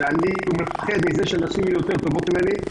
שאני מפחד מכך שנשים יהיו טובות יותר ממני.